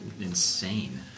insane